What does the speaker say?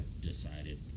decided